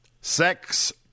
sex